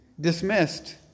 Dismissed